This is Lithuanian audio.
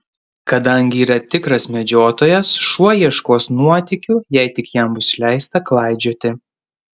kadangi yra tikras medžiotojas šuo ieškos nuotykių jei tik jam bus leista klaidžioti